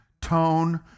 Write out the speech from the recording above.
tone